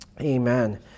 Amen